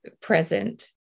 present